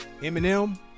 Eminem